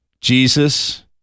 Jesus